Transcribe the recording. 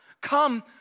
come